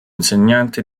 insegnante